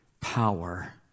power